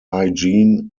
hygiene